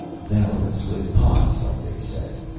valorous with pots, like they say.